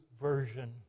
version